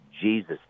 jesus